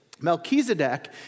Melchizedek